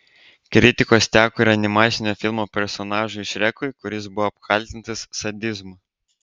kritikos teko ir animacinio filmo personažui šrekui kuris buvo apkaltintas sadizmu